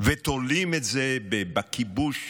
ותולים את זה בכיבוש,